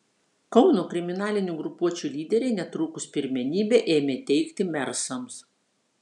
kauno kriminalinių grupuočių lyderiai netrukus pirmenybę ėmė teikti mersams